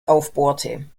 aufbohrte